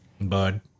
Bud